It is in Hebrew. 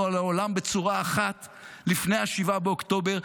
על העולם בצורה אחת לפני 7 באוקטובר,